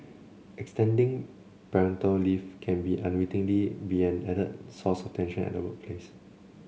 extending parental leave can unwittingly be an added source of tension at the workplace